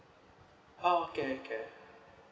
oh okay okay